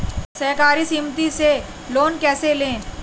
सहकारी समिति से लोन कैसे लें?